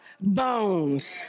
bones